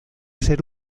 ser